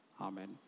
amen